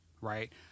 right